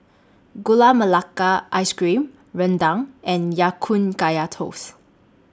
Gula Melaka Ice Cream Rendang and Ya Kun Kaya Toast